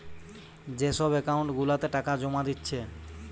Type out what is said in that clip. যে সব একাউন্ট গুলাতে টাকা জোমা দিচ্ছে